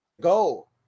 go